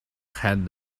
had